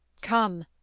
Come